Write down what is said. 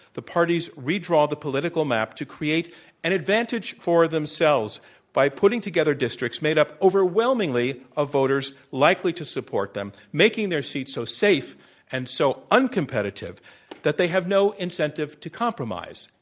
the parties redraw the political map to create an advantage for themselves by putting together districts made up overwhelmingly of voters likely to support them, making their seat so safe and so uncompetitive that they have no incentive to compromise,